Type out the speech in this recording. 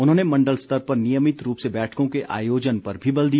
उन्होंने मण्डल स्तर पर नियमित रूप से बैठकों के आयोजन पर भी बल दिया